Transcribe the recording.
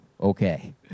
Okay